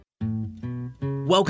Welcome